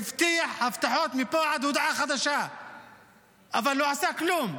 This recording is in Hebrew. הבטיח הבטחות מפה עד הודעה חדשה אבל לא עשה כלום.